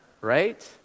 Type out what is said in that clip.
right